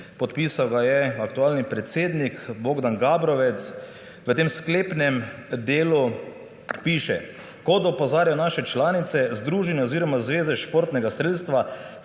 podpisal ga je aktualni predsednik Bogdan Gabrovec. V tem sklepnem delu piše: »Kot opozarja naše članice Združenje oziroma Zveze športnega strelstva